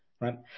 Right